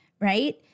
right